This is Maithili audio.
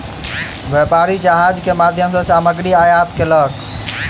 व्यापारी जहाज के माध्यम सॅ सामग्री आयात केलक